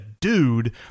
dude